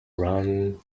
run